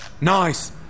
Nice